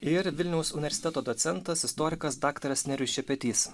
ir vilniaus universiteto docentas istorikas daktaras nerijus šepetys